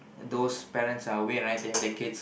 those parents are away right they have kids